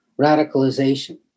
radicalization